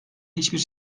hiçbir